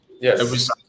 yes